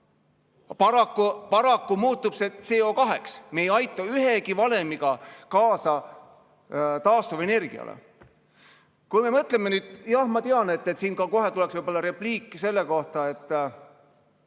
paraku muutub see CO2-ks. Me ei aita ühegi valemiga kaasa taastuvenergiale. Kui me mõtleme nüüd ... Jah, ma tean, et kohe tuleb võib-olla repliik selle kohta, aga